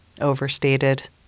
overstated